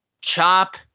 Chop